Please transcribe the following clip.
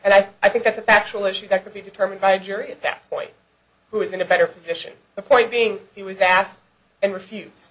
and i think that's a factual issue that could be determined by a jury at that point who is in a better position the point being he was asked and refuse